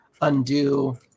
undo